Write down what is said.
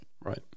Right